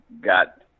got